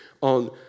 on